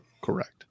Correct